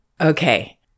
Okay